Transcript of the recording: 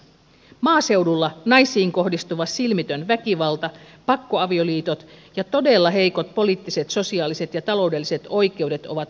maaseudulla naisiin kohdistuva silmitön väkivalta pakkoavioliitot ja todella heikot poliittiset sosiaaliset ja taloudelliset oikeudet ovat arkea